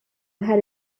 had